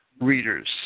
readers